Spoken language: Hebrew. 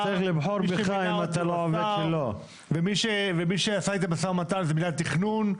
מי שמינה אותי הוא השר ומי שעשה איתי משא ומתן הוא מנהל תכנון.